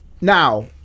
Now